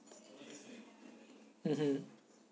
mmhmm